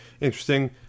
Interesting